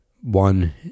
One